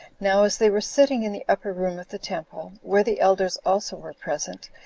now as they were sitting in the upper room of the temple, where the elders also were present,